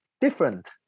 different